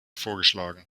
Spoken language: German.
vorgeschlagen